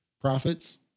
profits